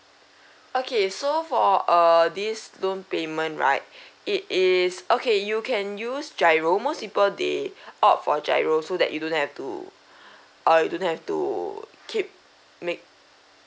okay so for err this loan payment right it is okay you can use GIRO most people they opt for GIRO so that you don't have to uh you don't have to keep make